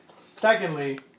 Secondly